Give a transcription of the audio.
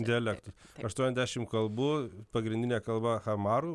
dialektų aštuoniasdešimt kalbų pagrindinė kalba chamarų